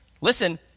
Listen